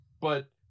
But-